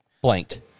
blanked